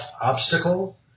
obstacle